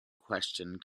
questioned